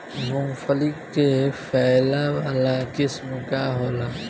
मूँगफली के फैले वाला किस्म का होला?